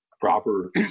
proper